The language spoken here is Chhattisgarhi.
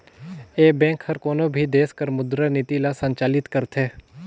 ए बेंक हर कोनो भी देस कर मुद्रा नीति ल संचालित करथे